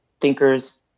thinkers